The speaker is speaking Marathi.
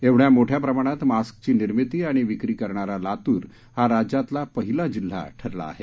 एवढ्या मोठ्या प्रमाणात मास्कची निर्मिती आणि विक्री करणारा लातूर हा राज्यातला पहिला जिल्हा ठरला आहे